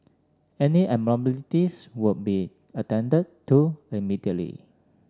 any abnormalities would be attended to immediately